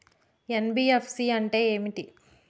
NBFC అంటే ఏమిటి?